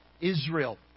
Israel